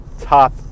top